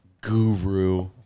guru